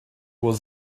was